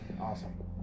Awesome